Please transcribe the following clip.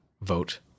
vote